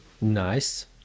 Nice